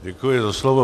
Děkuji za slovo.